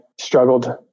struggled